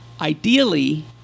Ideally